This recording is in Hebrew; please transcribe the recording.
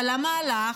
אבל למה הלכת?